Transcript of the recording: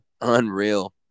Unreal